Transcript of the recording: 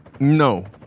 No